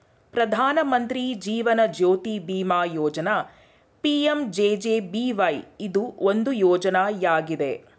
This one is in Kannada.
ಪ್ರಧಾನ ಮಂತ್ರಿ ಜೀವನ್ ಜ್ಯೋತಿ ಬಿಮಾ ಯೋಜ್ನ ಪಿ.ಎಂ.ಜೆ.ಜೆ.ಬಿ.ವೈ ಇದು ಒಂದು ಯೋಜ್ನಯಾಗಿದೆ